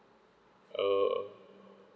oh